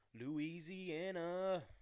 Louisiana